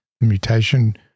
mutation